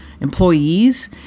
employees